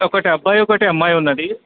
ఒక అబ్బాయి ఒక అమ్మాయి ఉంది